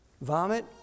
vomit